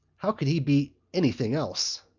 how could he be anything else?